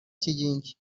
kigingi